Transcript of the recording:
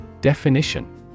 Definition